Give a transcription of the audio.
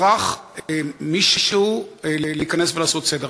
מוכרח מישהו להיכנס ולעשות סדר.